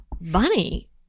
Bunny